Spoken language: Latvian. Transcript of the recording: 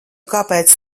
kāpēc